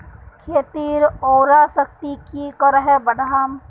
खेतीर उर्वरा शक्ति की करे बढ़ाम?